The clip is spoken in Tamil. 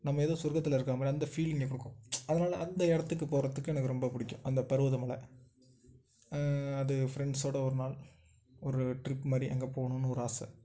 நம்ம எதோ சொர்க்கத்தில் இருக்கிற மாதிரி அந்த ஃபீல் இங்கே கொடுக்கும் அதனால் அந்த இடத்துக்கு போகிறத்துக்கு எனக்கு ரொம்ப பிடிக்கும் அந்த பருவத மலை அது ஃப்ரெண்ட்ஸோட ஒரு நாள் ஒரு ட்ரிப் மாதிரி அங்கே போகணுன்னு ஒரு ஆசை